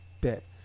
bit